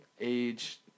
age